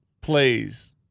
plays